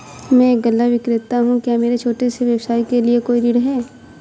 मैं एक गल्ला विक्रेता हूँ क्या मेरे छोटे से व्यवसाय के लिए कोई ऋण है?